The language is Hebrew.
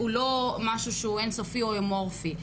שהוא לא משהו אין סופי או אמורפי.